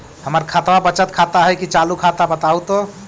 हमर खतबा बचत खाता हइ कि चालु खाता, बताहु तो?